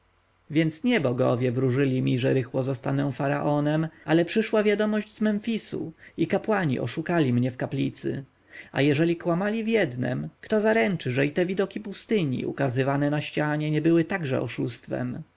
więc nie bogowie wróżyli mi że rychło zostanę faraonem ale przyszła wiadomość z memfisu i kapłani oszukali mnie w kaplicy a jeżeli kłamali w jednem kto zaręczy że i te widoki pustyni ukazywane na ścianie nie były także oszustwem